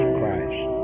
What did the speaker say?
Christ